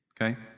okay